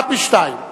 אחת משתיים: